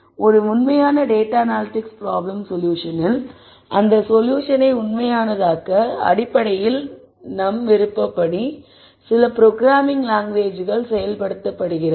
ஒரு உண்மையான data analytics problem சொல்யூஷனில் இந்த சொல்யூஷனை உண்மையானதாக்க அடிப்படையில் உங்கள் விருப்பப்படி சில ப்ரோக்ராம்மிங் லாங்குவேஜ் களில் செயல்படுத்தப்படுகிறது